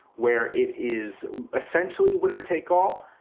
where it is essentially winner take all.